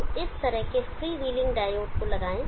तो इस तरह के फ्रीव्हेलिंग डायोड को लगाएं